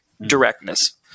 directness